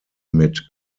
mit